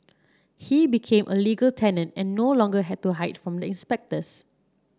he became a legal tenant and no longer had to hide from the inspectors